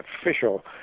official